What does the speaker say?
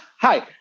Hi